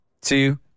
two